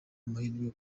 amahirwe